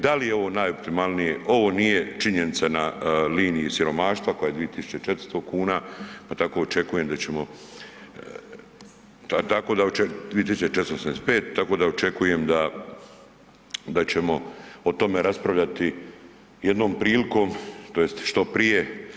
Da li je ovo najoptimalnije, ovo nije činjenica na liniji siromaštva koja je 2.400 kuna, pa tako očekujem da ćemo, tako da 2.475, tako da očekujem da ćemo o tome raspravljati jednom prilikom tj. što prije.